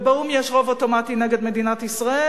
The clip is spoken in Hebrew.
ובאו"ם יש רוב אוטומטי נגד מדינת ישראל.